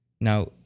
Now